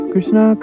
Krishna